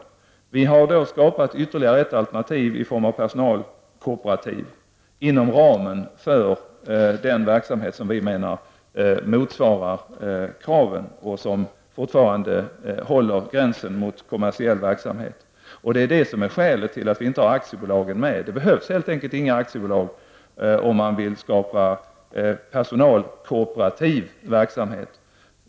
Regeringen har skapat ytterligare ett alternativ i form av personalkooperativ inom ramen för den verksamhet som vi menar motsvarar kraven och som fortfarande håller gränsen mot kommersiell verksamhet. Det är detta som är skälet till att vi inte har med aktiebolagen. Det behövs helt enkelt inga aktiebolag om man vill starta personalkooperativ verksamhet.